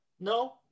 No